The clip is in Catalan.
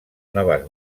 noves